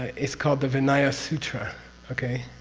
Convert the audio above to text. is called the vinaya sutra okay?